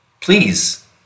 please